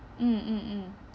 mm mm mm